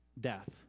death